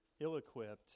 ill-equipped